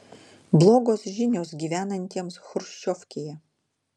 blogos žinios gyvenantiems chruščiovkėje